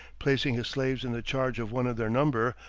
placing his slaves in the charge of one of their number,